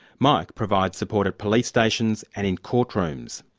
mike provides support at police stations and in courtrooms.